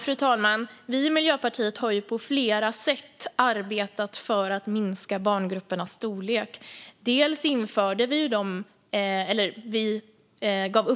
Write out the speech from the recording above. Fru talman! Vi i Miljöpartiet har på flera sätt arbetat för att minska barngruppernas storlek. Bland annat gav vi Skolverket